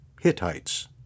Hittites